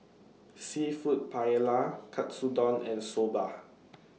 Seafood Paella Katsudon and Soba